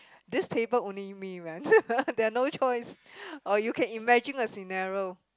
this table only me right there're no choice or you can imagine a scenario